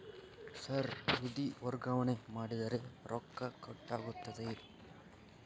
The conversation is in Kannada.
ಸರ್ ನಿಧಿ ವರ್ಗಾವಣೆ ಮಾಡಿದರೆ ರೊಕ್ಕ ಕಟ್ ಆಗುತ್ತದೆಯೆ?